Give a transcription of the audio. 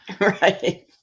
right